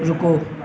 ਰੁਕੋ